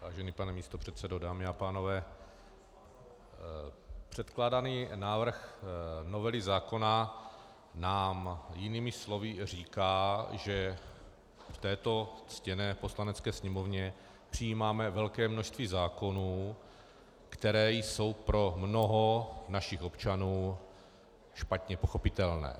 Vážený pane místopředsedo, dámy a pánové, předkládaný návrh novely zákona nám jinými slovy říká, že v této ctěné Poslanecké sněmovně přijímáme velké množství zákonů, které jsou pro mnoho našich občanů špatně pochopitelné.